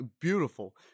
beautiful